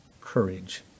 courage